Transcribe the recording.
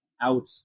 out